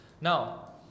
now